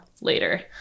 later